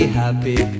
happy